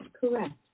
Correct